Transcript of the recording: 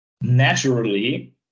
naturally